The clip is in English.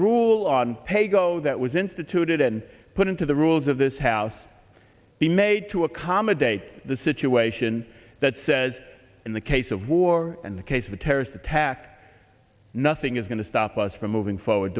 rule on paygo that was instituted and put into the rules of this house be made to accommodate the situation that says in the case of war and the case of a terrorist attack nothing is going to stop us from moving forward